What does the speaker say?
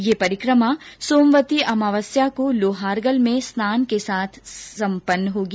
यह परिकमा सोमवती अमावस्या को लोहार्गल में स्नान के साथ संपन्न होगी